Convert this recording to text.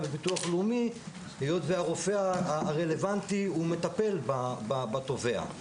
בביטוח לאומי היות והרופא הרלוונטי מטפל בתובע.